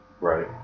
Right